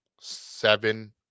seven